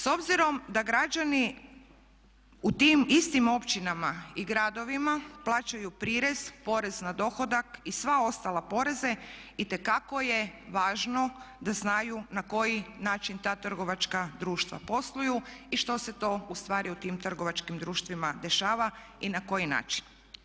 S obzirom da građani u tim istim općinama i gradovima plaćaju prirez, porez na dohodak i sve ostale poreze, itekako je važno da znaju na koji način ta trgovačka društva posluju i što se to ustvari u tim trgovačkim društvima dešava i na koji način.